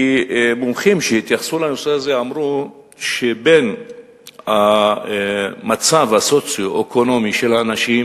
כי מומחים שהתייחסו לנושא הזה אמרו שבין המצב הסוציו-אקונומי של אנשים